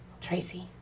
Tracy